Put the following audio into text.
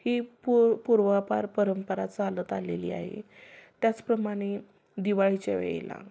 ही पु पूर्वापार परंपरा चालत आलेली आहे त्याचप्रमाणे दिवाळीच्या वेळेला